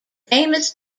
famous